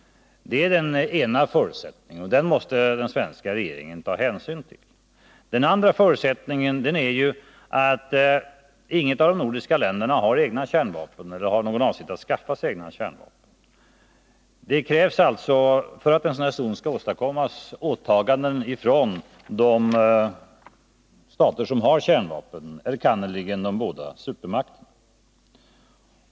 Det är alltså den ena förutsättningen, och denna måste den svenska regeringen ta hänsyn till. Den andra förutsättningen är att inget av de nordiska länderna har egna kärnvapen eller har någon avsikt att skaffa sig egna kärnvapen. Det krävs alltså, för att en sådan här zon skall kunna åstadkommas, åtaganden från de stater som har kärnvapen, enkannerligen de båda supermakterna.